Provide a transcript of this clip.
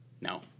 No